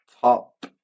top